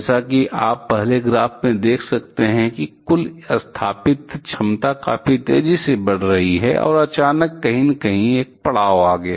जैसा कि आप पहले ग्राफ से देख सकते हैं कुल स्थापित क्षमता काफी तेजी से बढ़ रही है और अचानक कहीं न कहीं यह एक पड़ाव पाया